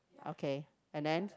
okay and then